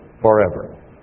forever